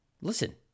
listen